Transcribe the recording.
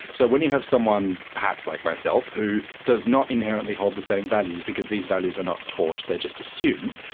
so when you have someone, perhaps like myself, who does not inherently hold the same values because these values are not taught, they are just assumed,